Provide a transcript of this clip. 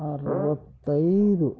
ಅರವತ್ತೈದು